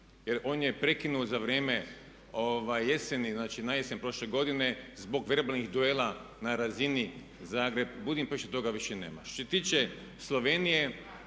jer on je prekinut za vrijeme jeseni, znači najesen prošle godine zbog verbalnih duela na razini Zagreb-Budimpešta. Toga više nema. Što se tiče Slovenije